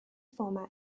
former